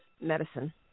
Medicine